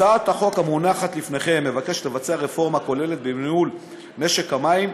הצעת החוק המונחת לפניכם מבקשת לבצע רפורמה כוללת בניהול משק המים,